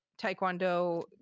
Taekwondo